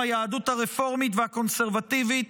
היהדות הרפורמית והקונסרבטיבית,